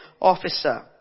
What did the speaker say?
officer